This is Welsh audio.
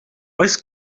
oes